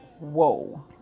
whoa